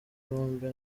bombi